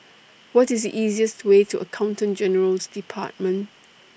What IS The easiest Way to Accountant General's department